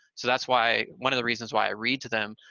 so that's why, one of the reasons why i read to them,